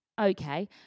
Okay